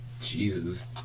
jesus